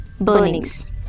burnings